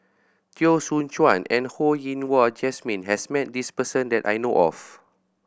Teo Soon Chuan and Ho Yen Wah Jesmine has met this person that I know of